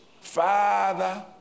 Father